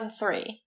2003